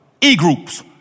E-groups